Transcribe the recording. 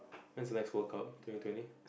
when's the next World Cup twenty twenty